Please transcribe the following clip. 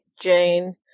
Jane